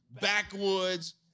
backwoods